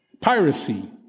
piracy